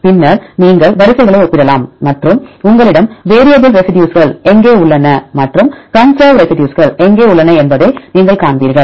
பின்னர் நீங்கள் வரிசைகளை ஒப்பிடலாம் மற்றும் உங்களிடம் வேரியபிள் ரெசிடியூஸ் எங்கே உள்ளன மற்றும் கன்சர்வ் ரெசிடியூஸ் எங்கே உள்ளன என்பதை நீங்கள் காண்பீர்கள்